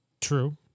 True